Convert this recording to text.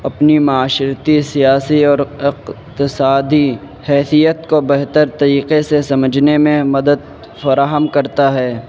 اپنی معاشرتی سیاسی اور اقتصادی حیثیت کو بہتر طریقے سے سمجھنے میں مدد فراہم کرتا ہے